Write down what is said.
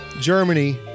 Germany